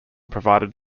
provided